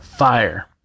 Fire